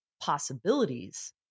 possibilities